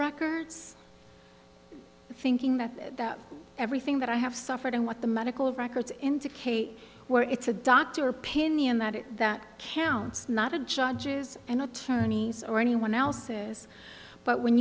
records thinking that that everything that i have suffered and what the medical records indicate where it's a doctor opinion that it that counts not of judges and attorneys or anyone else's but when